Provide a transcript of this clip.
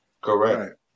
Correct